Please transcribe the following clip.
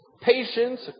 patience